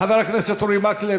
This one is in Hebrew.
חבר הכנסת אורי מקלב,